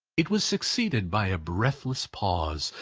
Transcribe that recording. it was succeeded by a breathless pause,